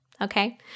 okay